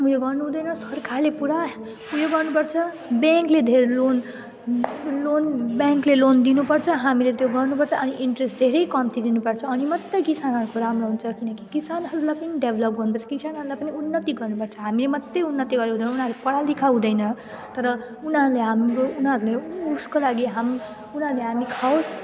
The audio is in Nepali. उयो गर्नुहुँदैन सरकारले पुरा उयो गर्नुपर्छ ब्याङ्कले धेर लोन लोन ब्याङ्कले लोन दिनुपर्छ हामीले त्यो गर्नुपर्छ अनि इन्ट्रेस्ट धेरै कम्ती दिनुपर्छ अनि मात्रै किसानहरूको राम्रो हुन्छ किनकि किसानहरूलाई पनि डेभ्लप गर्नुपर्छ किसानलाई पनि उन्नति गर्नुपर्छ हामीले मात्रै उन्नति गरेर उनीहरूले पढालेखा हुँदैन तर उनीहरूले हाम्रो उनीहरूले उसको लागि हामी उनीहरूले हामी खाओस्